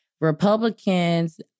Republicans